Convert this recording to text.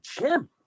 gym